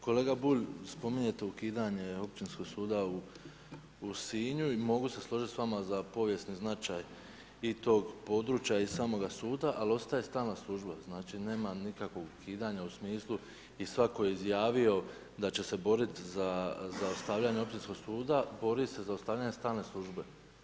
Kolega Bulj, spominjete ukidanje općinskog suda u Sinju i mogu se složiti s vama za povijesni značaj i tog područja i samoga suda ali ostaje stalna služba, znači nema nikakvog ukidanja u smislu i svatko je izjavio da će se boriti za ostavljanje općinskog, bori se za ostavljanje stalne službe.